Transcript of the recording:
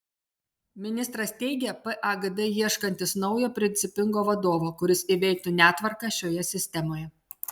ministras teigia pagd ieškantis naujo principingo vadovo kuris įveiktų netvarką šioje sistemoje